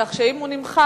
כך שאם הוא נמחק,